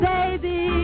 Baby